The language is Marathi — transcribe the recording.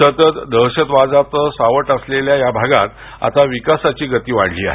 सतत दहशतवादाचं सावट असलेल्या या भागात आता विकासाची गती वाढली आहे